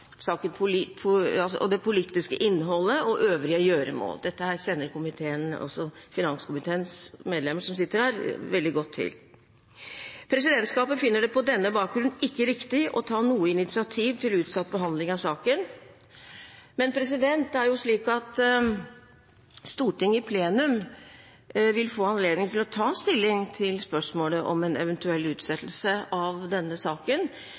det politiske innholdet og øvrige gjøremål. Dette kjenner finanskomiteens medlemmer, som sitter her, veldig godt til. Presidentskapet finner det på denne bakgrunn ikke riktig å ta noe initiativ til utsatt behandling av saken. Men det er jo slik at Stortinget i plenum vil få anledning til å ta stilling til spørsmålet om en eventuell utsettelse av denne saken